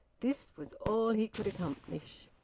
this was all he could accomplish.